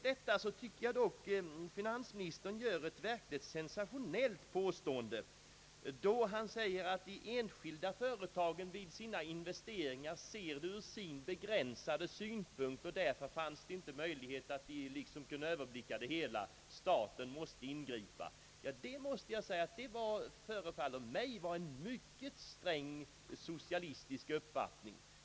Jag tycker dock att finansministern gör ett verkligt sensationellt påstående då han säger att de enskilda företagen vid sina investeringar ser det hela ur sin begränsade synpunkt och att de därför inte hade möjligheter att överblicka hela fältet, utan staten måste ingripa. Det förefaller mig vara en mycket sträng socialistisk uppfattning.